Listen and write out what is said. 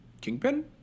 Kingpin